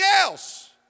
else